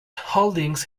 holdings